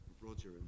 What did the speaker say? Roger